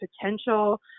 potential